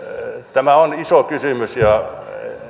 tämä on iso kysymys ja